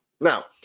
Now